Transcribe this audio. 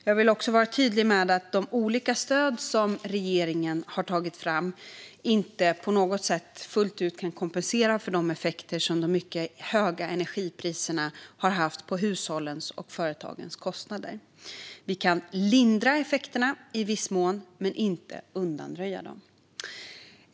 Jag vill också vara tydlig med att de olika stöd som regeringen har tagit fram inte på något sätt kan kompensera fullt ut för de effekter som de mycket höga energipriserna har haft på hushållens och företagens kostnader. Vi kan lindra effekterna i viss mån men inte undanröja dem.